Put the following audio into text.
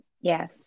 Yes